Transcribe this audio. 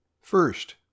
first